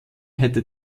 hätte